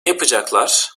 yapacaklar